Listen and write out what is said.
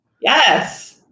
Yes